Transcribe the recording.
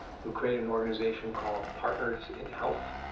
who created an organization called partners in health.